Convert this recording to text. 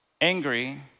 angry